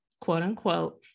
quote-unquote